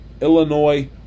Illinois